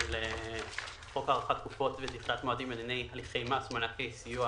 בחוק הארכת תקופות ומועדים להליכי מס, מענקי סיוע